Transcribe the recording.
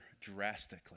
drastically